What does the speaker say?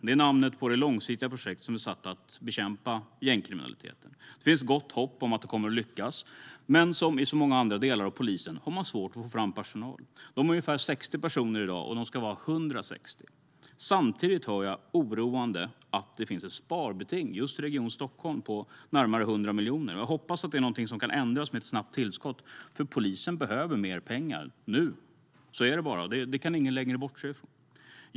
Det är namnet på det långsiktiga projekt som är satt att bekämpa gängkriminaliteten. Det finns gott hopp om att det kommer att lyckas, men som i så många andra delar av polisen har man svårt att få fram personal. De är ungefär 60 personer i dag, och de ska vara 160. Samtidigt hör jag oroande nog att det finns ett sparbeting just i Region Stockholm på närmare 100 miljoner. Jag hoppas att det är någonting som kan ändras med ett snabbt tillskott, för polisen behöver mer pengar nu . Så är det bara, och det kan ingen längre bortse från.